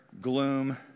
gloom